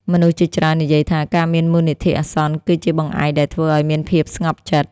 មនុស្សជាច្រើននិយាយថា ការមានមូលនិធិអាសន្ន គឺជាបង្អែកដែលធ្វើឲ្យមានភាពស្ងប់ចិត្ត។